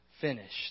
finished